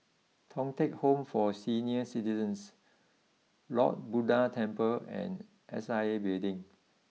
Thong Teck Home for Senior citizens Lord Buddha Temple and S I A Building